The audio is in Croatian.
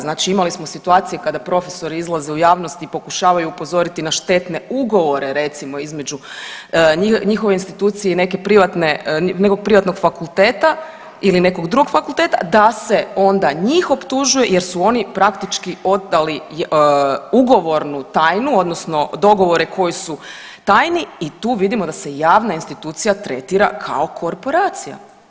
Znači imali smo situacije kada profesori izlaze u javnost i pokušavaju upozoravati na štetne ugovore recimo između njihove institucije i neke privatne, nekog privatnog fakulteta ili nekog drugog fakulteta da se onda njih optužuje jer su oni praktički odali ugovornu tajnu odnosno dogovore koji su tajni i tu vidimo da se javna institucija tretira kao korporacija.